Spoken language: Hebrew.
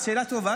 זו שאלה טובה.